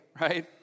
right